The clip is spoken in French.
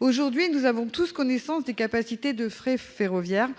Aujourd'hui, nous avons tous connaissance des capacités de fret ferroviaire,